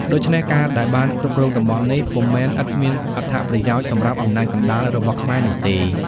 ដូច្នេះការ ដែលបានគ្រប់គ្រងតំបន់នេះ ពុំមែនឥតមានអត្ថប្រយោជន៍សម្រាប់អំណាចកណ្តាលរបស់ខ្មែរនោះទេ។